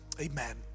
amen